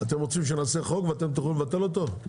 אתם רוצים שנעשה חוק ואתם תוכלו לבטל אותו?